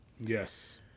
Yes